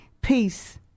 peace